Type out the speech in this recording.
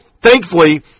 Thankfully